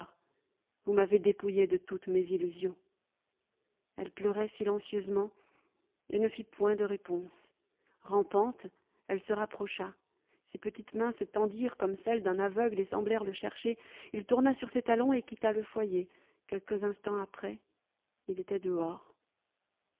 vous m'avez dépouillé de toutes mes illusions elle pleurait silencieusement et ne fit point de réponse rampante elle se rapprocha ses petites mains se tendirent comme celles d'un aveugle et semblèrent le chercher il tourna sur ses talons et quitta le foyer quelques instants après il était dehors